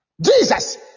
Jesus